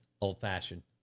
old-fashioned